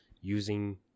using